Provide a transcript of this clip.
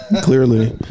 clearly